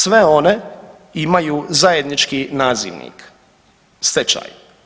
Sve one imaju zajednički nazivnik stečaj.